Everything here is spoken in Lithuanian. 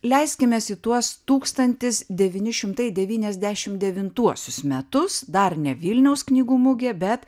leiskimės į tuos tūkstantis devyni šimtai devyniasdešimt devintuosius metus dar ne vilniaus knygų mugė bet